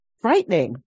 frightening